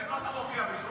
--- חסר בינה, ליצן חצר.